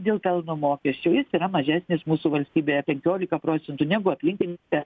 dėl pelno mokesčio jis yra mažesnis mūsų valstybėje penkiolika procentų negu atlyginti